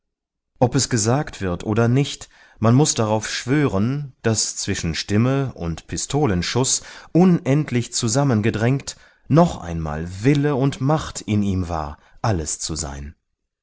ob es gesagt wird oder nicht man muß darauf schwören daß zwischen stimme und pistolenschuß unendlich zusammengedrängt noch einmal wille und macht in ihm war alles zu sein